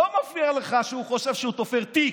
לא מפריע לך שהוא חושב שהוא תופר תיק,